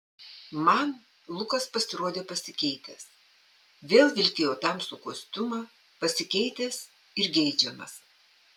man lukas pasirodė pasikeitęs vėl vilkėjo tamsų kostiumą pasikeitęs ir geidžiamas